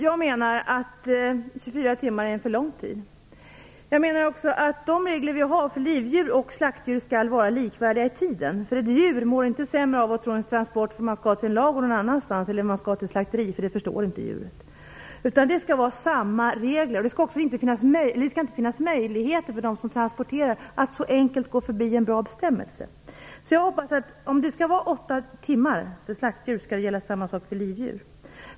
Jag menar att 24 timmar är för lång tid. Jag menar också att de regler vi har för livdjur och slaktdjur skall vara likvärdiga i tiden. Ett djur mår inte sämre av en transport till ett slakteri än av en transport till en ladugård - det förstår inte djuret. Det skall vara samma regel. Det skall inte finnas möjligheter för dem som transporterar att så enkelt gå förbi en bra bestämmelse. Om det skall vara åtta timmar för slaktdjur, skall samma sak gälla för livdjur.